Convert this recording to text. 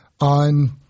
on